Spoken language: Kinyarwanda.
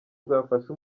bwafasha